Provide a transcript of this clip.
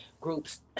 groups